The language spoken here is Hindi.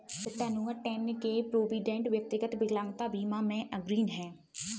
चट्टानूगा, टेन्न के प्रोविडेंट, व्यक्तिगत विकलांगता बीमा में अग्रणी हैं